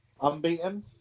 Unbeaten